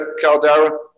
Caldera